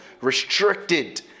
restricted